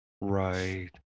Right